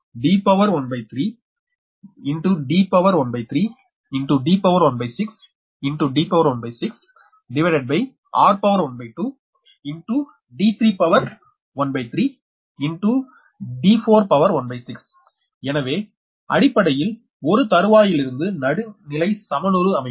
0242log எனவே அடிப்படையில் ஒரு தறுவாயிலிருந்து நடுநிலை சமனுறு அமைப்பு